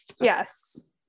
yes